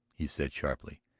he said sharply,